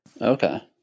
Okay